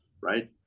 right